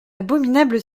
abominable